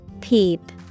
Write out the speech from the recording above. Peep